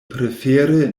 prefere